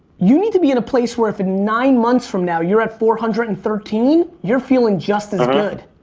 you need to be in a place where if nine months from now you're at four hundred and thirteen, you're feeling just as good.